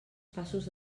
passos